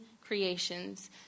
creations